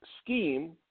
scheme